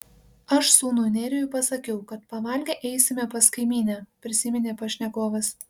aš sūnui nerijui pasakiau kad pavalgę eisime pas kaimynę prisiminė pašnekovas